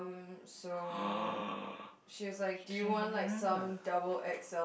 you don't even remember